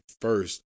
first